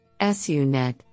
SUNet